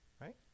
right